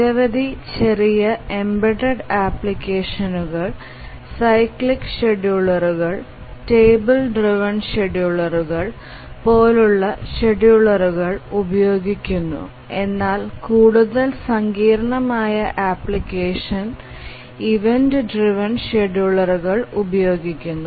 നിരവധി ചെറിയ എംബെഡ്ഡ്ഡ് ആപ്ലിക്കേഷനുകൾ സൈക്ലിക് ഷെഡ്യൂളറുകൾ ടേബിൾ ഡ്രൈവ്എൻ ഷെഡ്യൂളറുകൾ പോലുള്ള ഷെഡ്യൂളറുകൾ ഉപയോഗിക്കുന്നു എന്നാൽ കൂടുതൽ സങ്കീർണ്ണമായ ആപ്ലിക്കേഷനുകൾ ഇവന്റ് ഡ്രൈവ്എൻ ഷെഡ്യൂളറുകൾ ഉപയോഗിക്കുന്നു